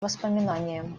воспоминаниям